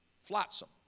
flotsam